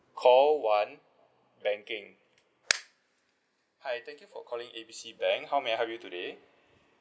call one banking hi thank you for calling A B C bank how may I help you today